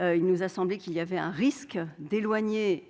Il nous a semblé que cela risquait d'éloigner